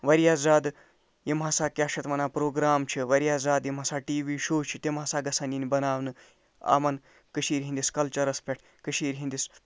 واریاہ زیادٕ یِم ہسا کیٛاہ چھِ اَتھ وَنان پرٛوگرام چھِ واریاہ زیادٕ یِم ہسا ٹی وی شو چھِ تِم ہسا گژھَن یِنۍ بناونہٕ یِمَن کٔشیٖرِ ہٕنٛدِس کَلچَرَس پٮ۪ٹھ کٔشیٖرِ ہٕنٛدِس